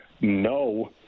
no